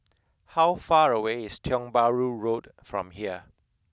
how far away is Tiong Bahru Road from here